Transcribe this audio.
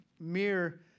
mere